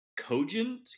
cogent